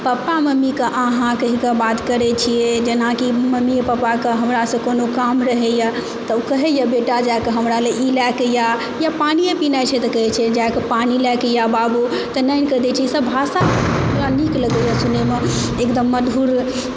पापा मम्मीके अहाँ कहिकऽ बात करै छियै जेनाकि मम्मीए पापाके हमरासँ कोनो काम रहैया तऽ ओ कहैया बेटा जाकऽ हमरा लेल ई लए कऽ आ या पानिये पिनाइ छै तऽ कहै छै जाकऽ पानि लऽ कऽ आ बाबु तऽ आनिकऽ दै छै ई सब भाष सुनयमे नीक लागैया एकदम मधुर